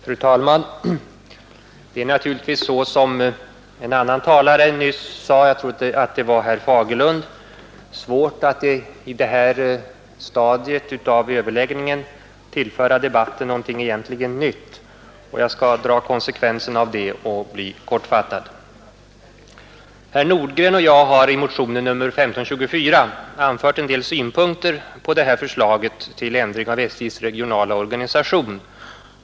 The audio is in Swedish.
Fru talman! Det är naturligtvis, som en annan talare nyss sade — jag tror det var herr Fagerlund — svårt att i det här stadiet av överläggningen tillföra debatten något egentligt nytt. Jag skall dra konsekvenserna av det och fatta mig kort. Herr Nordgren och jag har i motionen 1524 anfört en del synpunkter på förslaget till ändring av SJ:s regionala organisation.